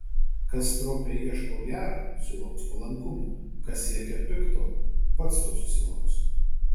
kas stropiai ieško gera sulauks palankumo kas siekia pikto pats to susilauks